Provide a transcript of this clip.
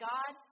God